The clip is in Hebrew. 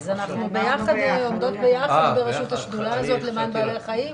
אנחנו עומדות ביחד בראשות השדולה הזאת למען בעלי חיים.